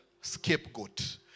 scapegoat